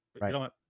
right